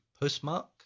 Postmark